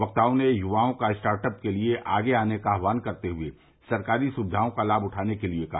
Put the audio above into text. वक्ताओं ने युवाओं का स्टार्टअप के लिए आगे आने का आहवान करते हुए सरकारी सुविधाओं का लाभ उठाने के लिए कहा